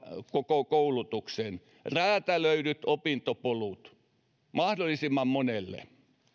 koko valmistavan koulutuksen räätälöidyt opintopolut mahdollisimman monelle